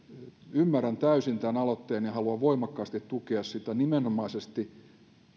ymmärrän täysin tämän aloitteen ja ja haluan voimakkaasti tukea sitä nimenomaisesti